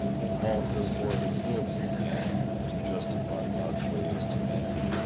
and malt does more than milton can to justify god's ways to man.